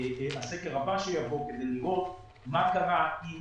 הסקר הבא שיבוא, כדי לראות מה קרה עם